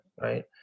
right